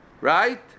Right